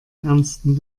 ernsten